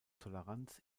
toleranz